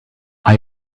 are